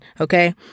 okay